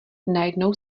najednou